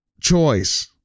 choice